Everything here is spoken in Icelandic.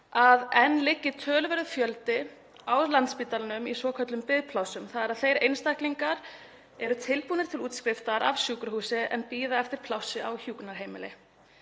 að enn liggi töluverður fjöldi á Landspítalanum í svokölluðum biðplássum, þ.e. þeir einstaklingar eru tilbúnir til útskriftar af sjúkrahúsi en bíða eftir plássi á hjúkrunarheimili.